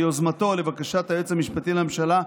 ביוזמתו או לבקשת היועץ המשפטי לממשלה,